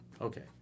okay